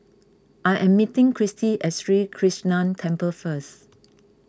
I am meeting Christy at Sri Krishnan Temple first